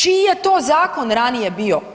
Čiji je to zakon ranije bio?